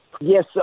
Yes